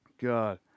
god